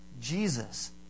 Jesus